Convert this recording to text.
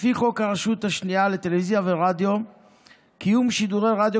לפי חוק הרשות השנייה לטלוויזיה ורדיו קיום שידור רדיו